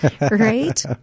Right